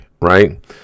right